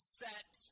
set